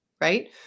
right